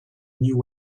new